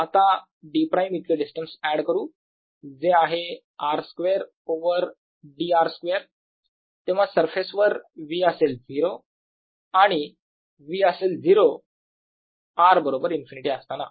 आता d′ इतके distance add करू जे आहे R2 ओव्हर d R2 तेव्हा सरफेस वर V असेल 0 आणि V असेल 0 r बरोबर इन्फिनिटी असताना